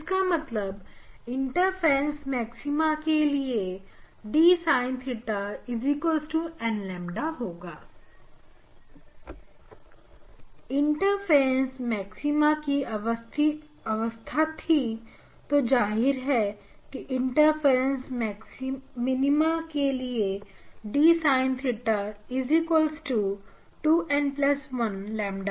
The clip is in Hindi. इसका मतलब इंटरफेरेंस मैक्सिमा के लिए d sin theta n ƛ होगा इंटरफेरेंस मैक्सिमा की अवस्था थी तो जाहिर है कि इंटरफेरेंस मिनीमा के लिए d sin theta 2 n1 ƛ 2 पर होंगे